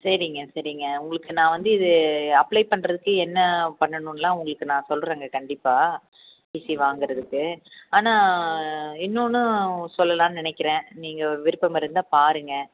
சரிங்க சரிங்க உங்களுக்கு நான் வந்து இது அப்ளை பண்ணுறதுக்கு என்ன பண்ணணும் எல்லாம் உங்களுக்கு நான் சொல்லுறங்க கண்டிப்பாக டீசி வாங்குறதுக்கு ஆனால் இன்னொன்று சொல்லலான்னு நினைக்கிறேன் நீங்கள் விருப்பம் இருந்தா பாருங்கள்